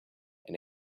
and